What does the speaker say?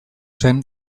zen